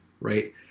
Right